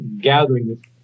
gathering